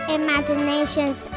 imaginations